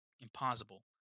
impossible